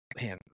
man